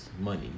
money